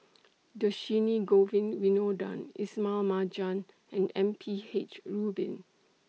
Dhershini Govin Winodan Ismail Marjan and M P H Rubin